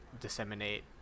disseminate